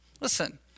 Listen